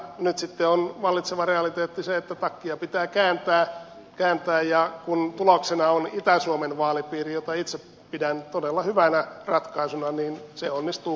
nyt sitten on vallitseva realiteetti se että takkia pitää kääntää ja kun tuloksena on itä suomen vaalipiiri jota itse pidän todella hyvänä ratkaisuna niin se onnistuu kohtuullisen helposti